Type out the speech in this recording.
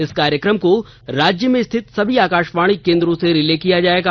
इस कार्यक्रम को राज्य में स्थित सभी आकाशवाणी केंद्रों से रिले किया जाएगा